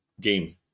game